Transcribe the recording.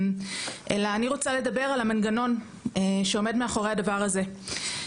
אלא אני רוצה לדבר על המנגנון שעומד מאחורי הדבר הזה.